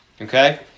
Okay